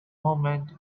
moment